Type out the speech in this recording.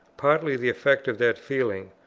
partly the effect of that feeling,